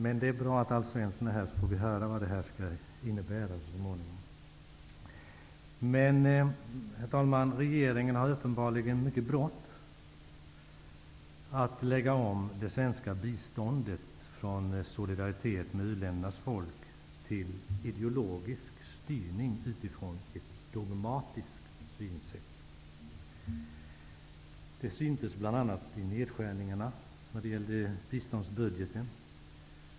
Det är bra att Alf Svensson är här, så att vi får höra vad detta kan innebära så småningom. Herr talman! Regeringen har uppenbarligen mycket brått att lägga om det svenska biståndet från solidaritet med u-ländernas folk till ideologisk styrning utifrån ett dogmatiskt synsätt. Det syntes bl.a. i nedskärningarna i biståndsbudgeten.